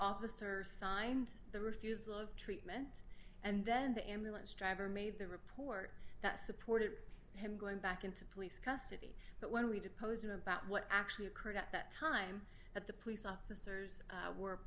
officer signed the refusal of treatment and then the ambulance driver made the report that supported him going back into police custody but when we depose him about what actually occurred at that time that the police officers were